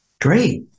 Great